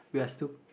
we are still